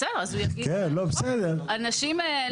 בסדר, אז הוא יגיש לא כל האנשים רצויים.